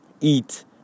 eat